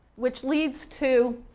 which leads to